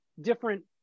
different